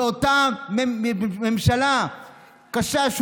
באותה ממשלה קשה.